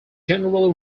generally